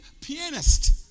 pianist